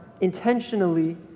intentionally